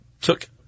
took